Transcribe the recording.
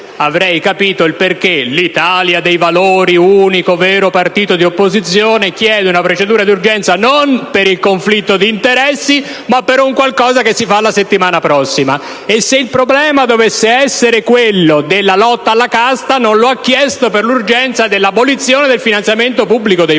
avrei capito il motivo per cui l'Italia dei Valori, unico vero partito di opposizione, chiede una procedura di urgenza non per il conflitto di interessi, ma per un qualcosa che si tratta la settimana prossima, e del perché - se il problema dovesse essere quello della lotta alla casta - non ha chiesto l'urgenza per l'abolizione del finanziamento pubblico dei partiti,